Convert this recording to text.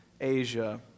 Asia